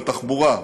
בתחבורה,